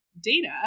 data